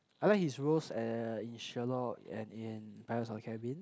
I like his roles uh in Sherlock and in Pirates of the Caribbean